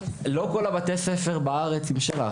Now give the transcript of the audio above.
לא כל בתי הספר בארץ הם בתוכנית של״ח,